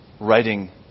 writing